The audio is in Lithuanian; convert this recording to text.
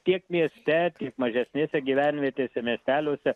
tiek mieste tiek mažesnėse gyvenvietėse miesteliuose